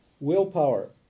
Willpower